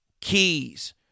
keys